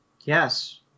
Yes